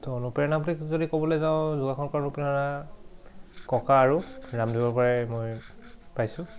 ত' অনুপ্ৰেৰণা বুলি যদি ক'বলৈ যাওঁ যোগাসন কৰাৰ অনুপ্ৰেৰণা ককা আৰু ৰামদেৱৰ পৰাই মই পাইছোঁ